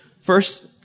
First